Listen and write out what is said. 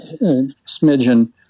smidgen